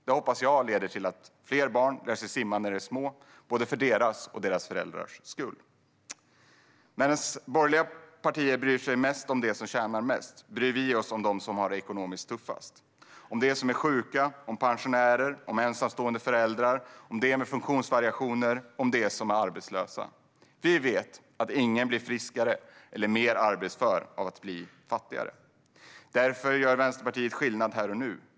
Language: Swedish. Det hoppas jag leder till att fler barn lär sig simma när de är små, både för deras och för deras föräldrars skull. Medan borgerliga partier bryr sig mest om dem som tjänar mest, bryr vi oss om dem som har det ekonomiskt tuffast - om sjuka, pensionärer, ensamstående föräldrar, människor med funktionsvariationer och arbetslösa. Vi vet att ingen blir friskare eller mer arbetsför av att bli fattigare. Därför gör Vänsterpartiet skillnad här och nu.